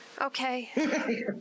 Okay